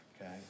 okay